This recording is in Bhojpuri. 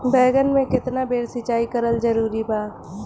बैगन में केतना बेर सिचाई करल जरूरी बा?